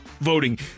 voting